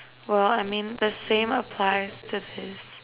or I mean the same apply to this